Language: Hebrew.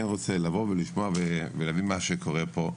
רוצה לבוא ולשמוע ולהבין מה שקורה פה.